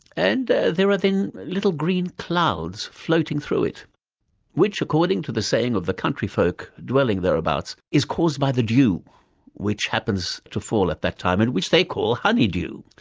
and there are then little green clouds floating through it which, according to the saying of the country folk dwelling thereabouts, is caused by the dew which happens to fall at that time, and which they call honey-dew.